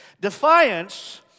Defiance